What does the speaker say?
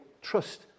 trust